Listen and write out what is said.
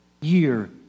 year